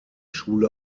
schule